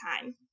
time